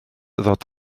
ddod